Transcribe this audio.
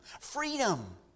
freedom